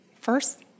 first